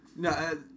No